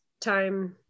time